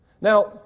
Now